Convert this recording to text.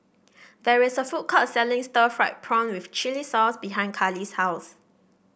there is a food court selling Stir Fried Prawn with Chili Sauce behind Karlee's house